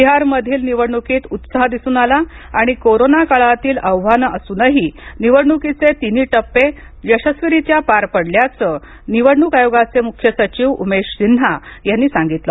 बिहारमधील निवडणूकीत उत्साह दिसून आला आणि कोरोना काळांतील आव्हांनं असूनही निवडणूकीचे तिन्ही टप्पे यशस्वीरित्या पार पडल्याचं निवडणूक आयोगाचे मुख्य सचिव उमेश सिन्हा यांनी सांगितलं